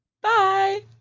Bye